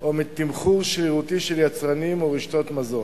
או מתמחור שרירותי של יצרנים או רשתות מזון.